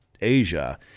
Asia